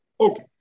Okay